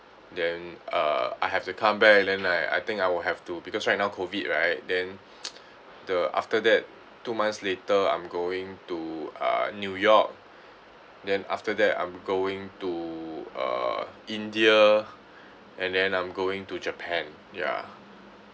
then uh I have to come back and then I I think I will have to because right now COVID right then the after that two months later I'm going to uh new york then after that I'm going to uh india and then I'm going to japan ya